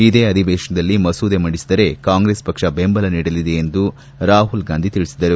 ಇದೇ ಅಧಿವೇಶನದಲ್ಲಿ ಮಸೂದೆ ಮಂಡಿಸಿದರೆ ಕಾಂಗ್ರೆಸ್ ಪಕ್ಷ ಬೆಂಬಲ ನೀಡಲಿದೆ ಎಂದು ರಾಹುಲ್ಗಾಂಧಿ ತಿಳಿಸಿದರು